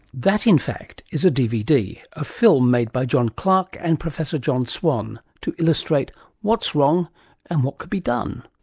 that in fact is a dvd, a film made by john clarke and professor john swan to illustrate what's wrong and what could be done.